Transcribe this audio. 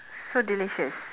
so delicious